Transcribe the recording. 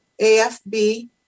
AFB